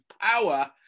power